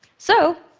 so,